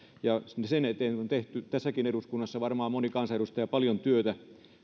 ja sen eteen on tehty tässäkin eduskunnassa varmaan moni kansanedustaja paljon työtä